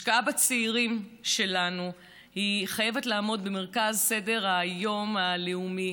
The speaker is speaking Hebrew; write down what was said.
השקעה בצעירים שלנו חייבת לעמוד במרכז סדר-היום הלאומי.